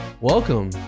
Welcome